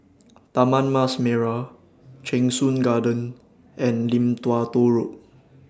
Taman Mas Merah Cheng Soon Garden and Lim Tua Tow Road